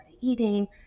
eating